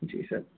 जी sir